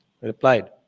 replied